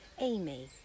Amy